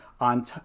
on